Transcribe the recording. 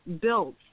built